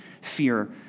fear